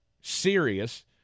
serious